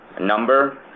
number